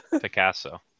Picasso